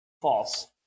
False